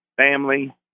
family